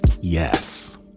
Yes